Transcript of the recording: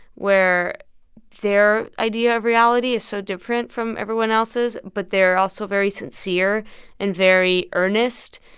where their idea of reality is so different from everyone else's. but they're also very sincere and very earnest.